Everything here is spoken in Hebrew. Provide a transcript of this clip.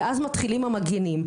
ואז מתחילים המגנים.